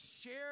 share